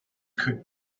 cooked